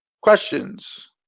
Questions